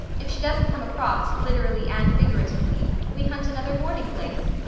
if she doesn't come across, literally and figuratively, we hunt another boarding place.